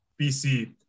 BC